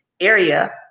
area